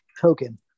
token